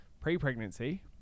pre-pregnancy